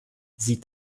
sieht